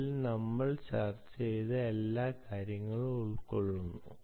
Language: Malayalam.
അതിൽ നമ്മൾ ചർച്ച ചെയ്ത എല്ലാ കാര്യങ്ങളും ഉൾക്കൊള്ളുന്നു